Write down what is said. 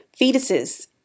Fetuses